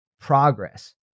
progress